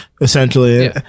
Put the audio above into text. essentially